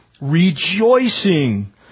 Rejoicing